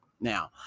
now